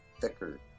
thicker